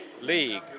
league